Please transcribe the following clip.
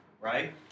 right